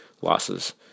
losses